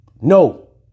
No